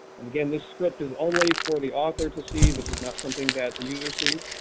and again this script is only for the author to see, this is not something that the user sees.